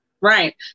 Right